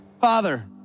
Father